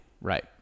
Right